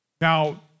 Now